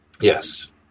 Yes